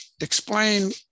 explain